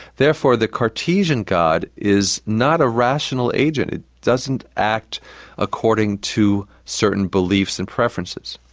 therefore the cartesian god is not a rational agent. it doesn't act according to certain beliefs and preferences.